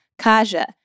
Kaja